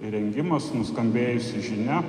įrengimas nuskambėjusi žinia